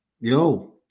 Yo